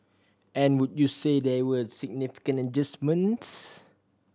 and would you say they were significant adjustments